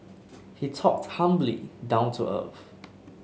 he talked humbly down to earth